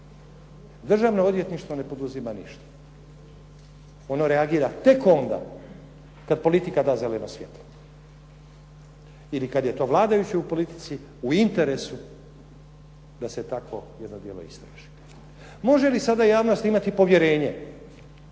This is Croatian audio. Državno odvjetništvo ne poduzima ništa. Ono reagira tek onda kad politika da zeleno svjetlo ili kad je to vladajućim u politici u interesu da se takvo jedno djelo istraži. Može li sada javnost imati povjerenje